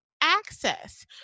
access